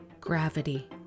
Gravity